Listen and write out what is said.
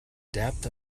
depth